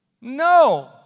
No